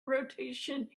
rotation